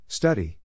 Study